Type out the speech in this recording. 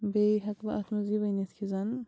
بیٚیہِ ہیٚکہٕ بہٕ اَتھ منٛز یہِ ؤنِتھ کہِ زَن